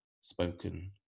spoken